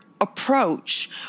approach